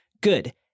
good